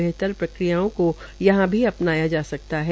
बेहतर प्रक्रियाओ को यहां भी अपनाया जा सकता है